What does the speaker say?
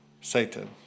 Satan